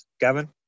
Gavin